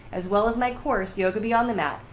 as well as my course yoga beyond the mat,